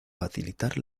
facilitar